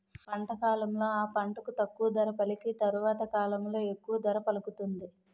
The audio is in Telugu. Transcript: పంట కాలంలో ఆ పంటకు తక్కువ ధర పలికి తరవాత కాలంలో ఎక్కువ ధర పలుకుతుంది